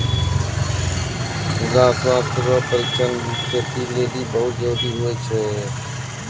मृदा स्वास्थ्य रो परीक्षण खेती लेली बहुत जरूरी हुवै छै